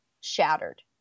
shattered